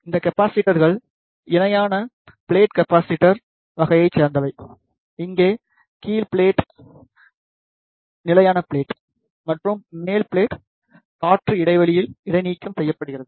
இந்த கெப்பாஸிட்டர்கள் இணையான ப்ளெட் கெப்பாஸிட்டர் வகையைச் சேர்ந்தவை இங்கே கீழ் ப்ளெட் நிலையான ப்ளெட் மற்றும் மேல் ப்ளெட் காற்று இடைவெளியில் இடைநீக்கம் செய்யப்படுகிறது